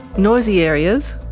noisy areas.